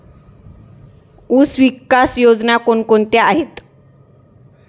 ऊसविकास योजना कोण कोणत्या आहेत?